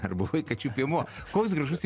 ar buvai kačių piemuo koks gražus